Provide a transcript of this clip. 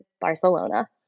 Barcelona